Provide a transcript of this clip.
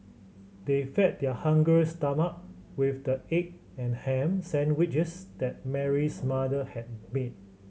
they fed their hungry stomach with the egg and ham sandwiches that Mary's mother had made